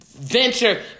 Venture